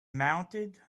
mounted